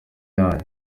yanyu